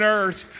earth